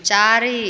चारि